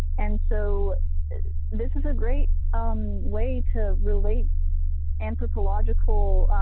and so this is a great um way to relate anthropological